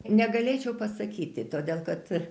negalėčiau pasakyti todėl kad